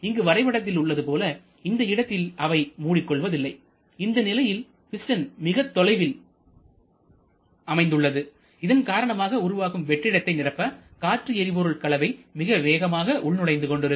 இங்கு வரைபடத்தில் உள்ளது போல இந்த இடத்தில் அவை மூடிக் கொள்வதில்லைஇந்த நிலையில் பிஸ்டன் மிகத் தொலைவில் அமைந்துள்ளது இதன் காரணமாக உருவாகும் வெற்றிடத்தை நிரப்ப காற்று எரிபொருள் கலவை மிக வேகமாக உள்நுழைந்து கொண்டிருக்கும்